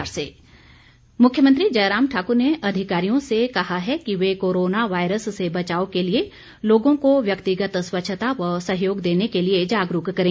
जयराम मुख्यमंत्री जयराम ठाक्र ने अधिकारियों से कहा है कि वे कोरोना वायरस से बचाव के लिए लोगों को व्यक्तिगत स्वच्छता व सहयोग देने के लिए जागरूक करें